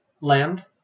land